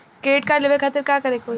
Credit card लेवे खातिर का करे के होई?